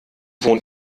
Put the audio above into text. wohnt